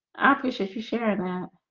i appreciate you sharing that